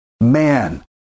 Man